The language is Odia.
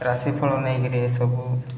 ରାଶିଫଳ ନେଇକିରି ଏସବୁ